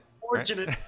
fortunate